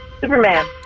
Superman